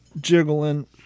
jiggling